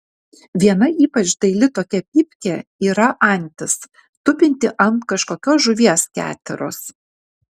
viena ypač daili tokia pypkė yra antis tupinti ant kažkokios žuvies keteros